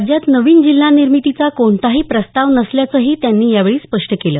राज्यात नवीन जिल्हा निर्मितीचा कोणताही प्रस्ताव नसल्याचंही त्यांनी यावेळी स्पष्ट केल